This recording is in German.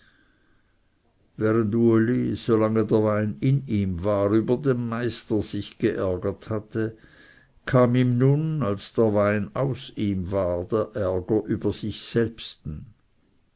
der wein in ihm war über den meister sich geärgert hatte kam ihm nun als der wein aus ihm war der ärger über sich selbsten